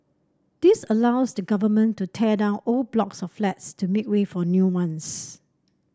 this allows the Government to tear down old blocks of flats to make way for new ones